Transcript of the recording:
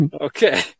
Okay